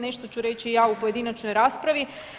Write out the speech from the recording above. Nešto ću reći i ja u pojedinačnoj raspravi.